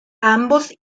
ambos